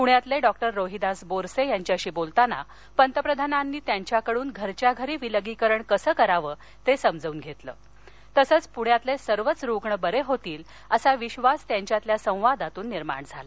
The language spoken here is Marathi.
पुण्यातल डॉक्टर रोहीदास बोरसख्रांच्याशी बोलताना पंतप्रधानांनी त्यांच्याकडून घरच्या घरी विलगीकरण कसळिरावत्तिस्रिमजावून घरखे असंच पृण्यातलस्रिवच रुग्ण बरखितील असा विश्वास त्यांच्यातल्या संवादातून निर्माण झाला